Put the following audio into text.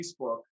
Facebook